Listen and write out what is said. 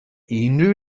unrhyw